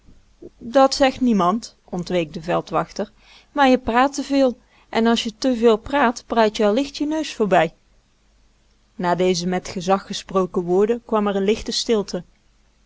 dat zegt niemand ontweek de veldwachter maar je praat te veel en als je te veel praat praat je allicht je neus voorbij na deze met gezag gesproken woorden kwam er een lichte stilte